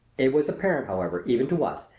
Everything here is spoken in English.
it was apparent, however, even to us,